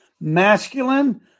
Masculine